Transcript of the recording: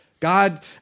God